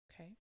okay